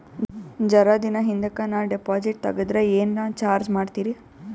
ಜರ ದಿನ ಹಿಂದಕ ನಾ ಡಿಪಾಜಿಟ್ ತಗದ್ರ ಏನ ಚಾರ್ಜ ಮಾಡ್ತೀರಿ?